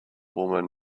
woman